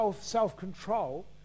self-control